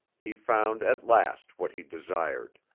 he found at last what he desired.